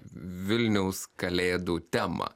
vilniaus kalėdų temą